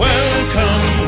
Welcome